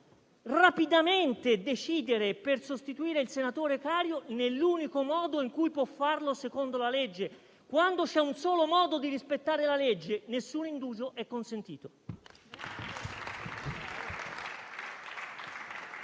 rapidamente decidere per sostituire il senatore Cario nell'unico modo in cui può farlo secondo la legge; quando si ha un solo modo di rispettare la legge, nessun indugio è consentito.